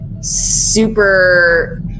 super